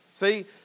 See